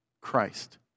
Christ